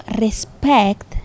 respect